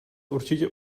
určitě